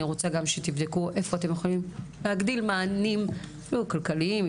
אני רוצה גם שתבדקו איפה אתם יכולים להגדיל מענים אפילו כלכליים,